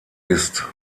ist